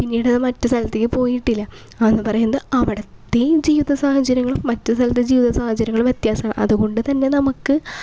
പിന്നീട് അത് മറ്റ് സ്ഥലത്തേക്ക് പോയിട്ടില്ല അതെന്ന് പറയുന്നത് അവിടത്തെയും ജീവിത സാഹചര്യങ്ങളും മറ്റ് സ്ഥലത്തെ ജീവിത സാഹചര്യങ്ങളും വ്യത്യാസമാണ് അതുകൊണ്ട് തന്നെ നമുക്ക്